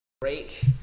break